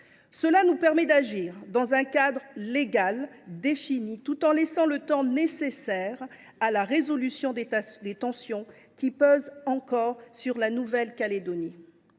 Cela nous permet d’agir dans un cadre légal défini, tout en laissant le temps nécessaire à la résolution des tensions qui pèsent encore sur la Nouvelle Calédonie.